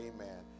Amen